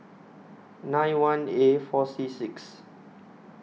nine one A four C six